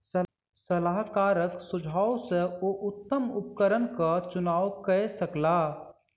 सलाहकारक सुझाव सॅ ओ उत्तम उपकरणक चुनाव कय सकला